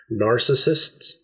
Narcissists